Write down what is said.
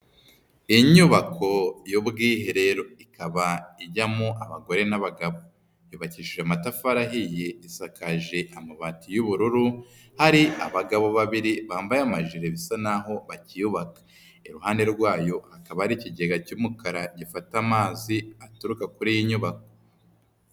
Inyubako y'ubwiherero ikaba ijyamo abagore n'abagabo. Yubakishije amatafari ahiye, isakaje amabati y'ubururu, hari abagabo babiri bambaye amajire bisa naho bakiyubaka. Iruhande rwayo hakaba hari ikigega cy'umukara gifata amazi aturuka kuri iyi nyubako.